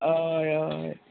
होय होय